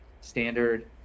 standard